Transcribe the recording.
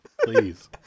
Please